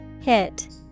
Hit